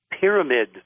pyramid